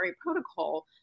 protocol